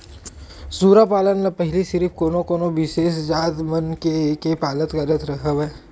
सूरा पालन ल पहिली सिरिफ कोनो कोनो बिसेस जात के मन पालत करत हवय